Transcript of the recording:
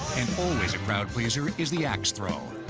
and always a crowd-pleaser is the axe throw.